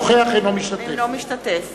אינו משתתף